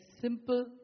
simple